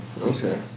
Okay